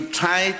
try